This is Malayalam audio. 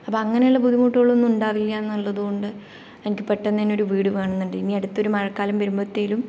അപ്പോൾ അങ്ങനെയുള്ള ബുദ്ധിമുട്ടുകളൊന്നും ഉണ്ടാവില്ലയെന്നുള്ളതുകൊണ്ട് എനിക്ക് പെട്ടെന്ന് തന്നെ ഒരു വീട് വേണമെന്നുണ്ട് ഇനി അടുത്ത ഒരു മഴക്കാലം വരുമ്പോഴത്തേക്കും